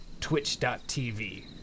twitch.tv